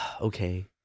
okay